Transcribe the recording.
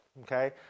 okay